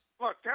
look